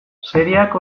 serieak